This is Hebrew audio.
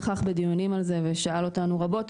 נכח בדיונים על זה ושאל אותנו רבות,